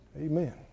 Amen